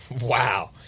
Wow